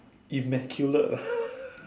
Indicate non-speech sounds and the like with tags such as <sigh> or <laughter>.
immaculate ah <laughs>